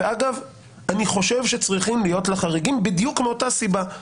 ואגב אני חושב שצריכים להיות לה חריגים בדיוק מאותה סיבה.